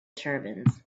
turbans